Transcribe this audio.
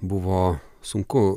buvo sunku